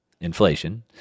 inflation